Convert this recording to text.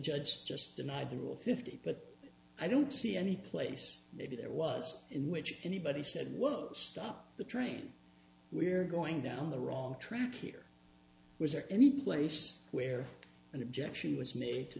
judge just denied the rule fifty but i don't see any place maybe there was in which anybody said whoa stop the train we're going down the wrong track here was there any place where an objection w